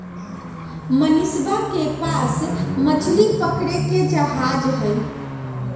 मनीषवा के पास मछली पकड़े के जहाज हई